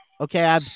okay